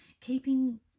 keeping